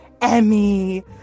Emmy